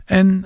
en